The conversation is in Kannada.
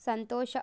ಸಂತೋಷ